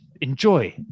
enjoy